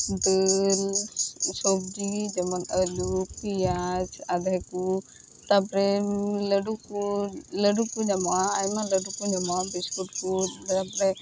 ᱫᱟᱹᱞ ᱥᱚᱵᱡᱤ ᱡᱮᱢᱚᱱ ᱟᱹᱞᱩ ᱯᱤᱸᱭᱟᱡᱽ ᱟᱫᱷᱮ ᱠᱚ ᱛᱟᱯᱚᱨᱮ ᱞᱟᱹᱰᱩ ᱠᱚ ᱞᱟᱹᱰᱩ ᱠᱚ ᱧᱟᱢᱚᱜᱼᱟ ᱟᱭᱢᱟ ᱞᱟᱹᱰᱩ ᱠᱚ ᱧᱟᱢᱚᱜᱼᱟ ᱵᱤᱥᱠᱩᱴ ᱠᱚ ᱛᱟᱯᱚᱨᱮ